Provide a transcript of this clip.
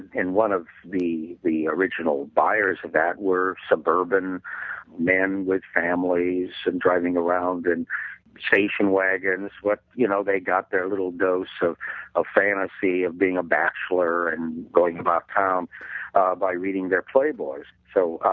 and one of the the original buyers of that were suburban men with families and driving around in station wagons. you know they got their little dose so of fantasy of being a bachelor and going about town by reading their playboys. so,